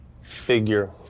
figure